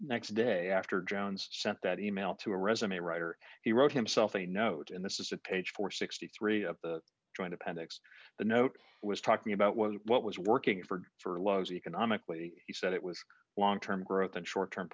next day after jones sent that e mail to resume writer he wrote himself a note and this is a page for sixty three of the joint appendix the note was talking about was what was working for for lowe's economically he said it was long term growth and short term